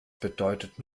bedeutet